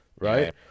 Right